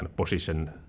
position